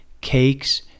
cakes